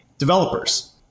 Developers